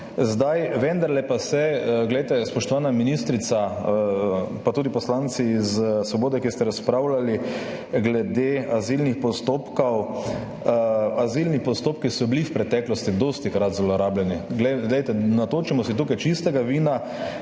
Vendarle pa, spoštovana ministrica, pa tudi poslanci iz Svobode, ki ste razpravljali glede azilnih postopkov, azilni postopki so bili v preteklosti dostikrat zlorabljeni, natočimo si tukaj čistega vina.